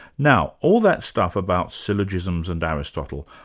now, all that stuff about syllogisms and aristotle,